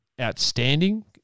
outstanding